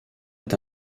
est